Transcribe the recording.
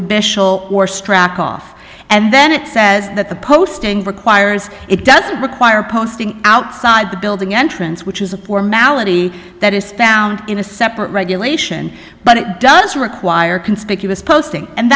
mishal or struck off and then it says that the posting requires it doesn't require posting outside the building entrance which is a formality that is found in a separate regulation but it does require conspicuous posting and